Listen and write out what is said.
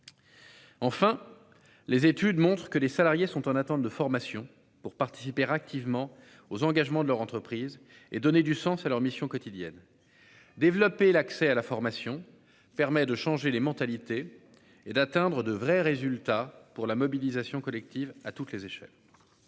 Enfin les études montrent que les salariés sont en attente de formation pour participer activement aux engagements de leur entreprise et donner du sens à leur mission quotidienne. Développer l'accès à la formation permet de changer les mentalités et d'atteindre de vrais résultats pour la mobilisation collective à toutes les échelles.